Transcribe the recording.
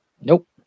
nope